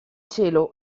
cielo